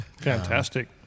Fantastic